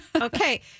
Okay